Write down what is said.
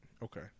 Okay